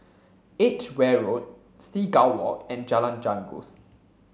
Edgeware Road Seagull Walk and Jalan Janggus